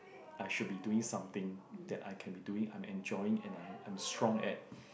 I should be doing something that I can be doing I'm enjoying and I I'm strong at